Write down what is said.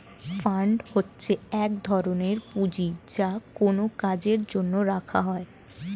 fund হচ্ছে এক ধরনের পুঁজি যা কোনো কাজের জন্য রাখা হয়